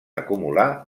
acumular